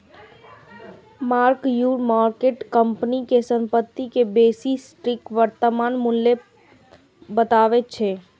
mark to market company के संपत्ति के बेसी सटीक वर्तमान मूल्य बतबै छै